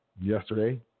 yesterday